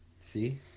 See